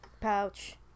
Pouch